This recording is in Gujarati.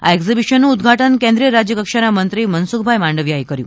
આ એકઝીબીશનનું ઉદઘાટન કેન્દ્રિય રાજ્યકક્ષાના મંત્રી શ્રી મનસુખભાઈ માંડવીયાએ કર્યું